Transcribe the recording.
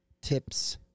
tips